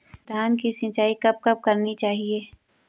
धान की सिंचाईं कब कब करनी चाहिये?